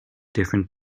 different